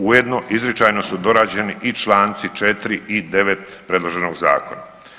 Ujedno izričajno su dorađeni i čl. 4. i 9. predloženog zakona.